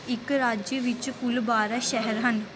ਇੱਕ ਰਾਜ ਵਿੱਚ ਕੁੱਲ ਬਾਰਾ ਸ਼ਹਿਰ ਹਨ